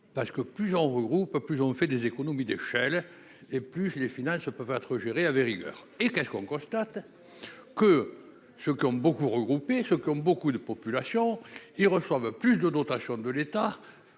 parce que plus on regroupe plus on fait des économies d'échelle et plus les finales, je peux pas être avait rigueur et qu'est ce qu'on constate que ceux qui ont beaucoup regroupés ce comme beaucoup de population, ils reçoivent plus de dotation de l'État